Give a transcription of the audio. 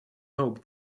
hope